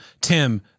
Tim